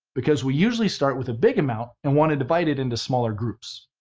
because we usually start with a big amount and want to divide it into smaller groups.